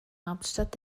hauptstadt